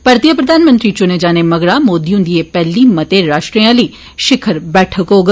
परतियै प्रधानमंत्री च्ने जाने मगरा मोदी हन्दी एह पैहली मते राष्ट्रें आली शिखर बैठक होग